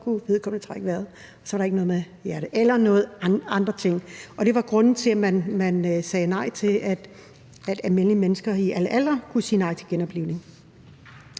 så kunne vedkommende trække vejret, og så var der ikke noget med hjertet eller nogen andre ting, og det var grunden til, at man sagde nej til, at almindelige mennesker i alle aldre kunne sige nej til genoplivning.